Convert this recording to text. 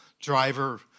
driver